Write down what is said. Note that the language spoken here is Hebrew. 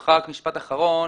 ברשותך רק משפט אחרון.